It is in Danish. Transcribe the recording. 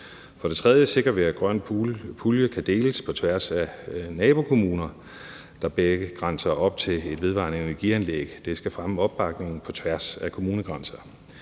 For det tredje sikrer vi, at grøn pulje kan deles på tværs af nabokommuner, der begge grænser op til et vedvarende energianlæg. Det skal fremme opbakningen på tværs af kommunegrænser.